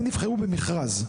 הם נבחרו במכרז.